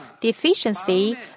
deficiency